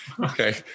Okay